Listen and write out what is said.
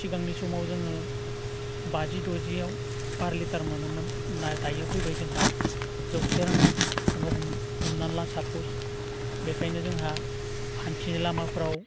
सिगांनि समाव जोङो बाजि दजिआव पार लिटार मोनोमोन दायो फैबाय जोंहा जौसे रांखौनो हमना ला सापज बेखायनो जोंहा हान्थिनाय लामाफोराव